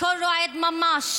הכול רועד ממש